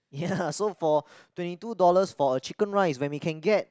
ya so for twenty two dollars for a chicken rice when we can get